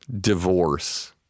Divorce